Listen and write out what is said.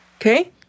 Okay